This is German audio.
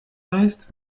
heißt